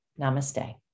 Namaste